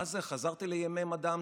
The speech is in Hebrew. מה זה, חזרתי לימי מדע המדינה.